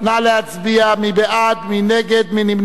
נא להצביע, מי בעד, מי נגד, מי נמנע?